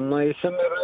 nueisim ir